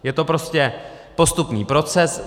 Je to prostě postupný proces.